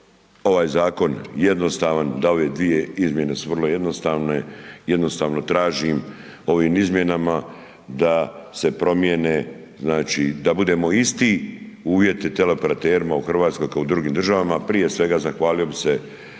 ovaj zakon jednostavan, da ove dvije izmjene su vrlo jednostavne, jednostavno tražim ovim izmjenama da se promijene, znači, da budemo isti uvjeti teleoperaterima u RH kao u drugim državama, prije svega zahvalio bi